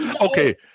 Okay